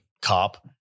cop